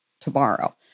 tomorrow